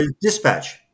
Dispatch